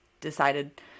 decided